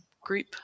group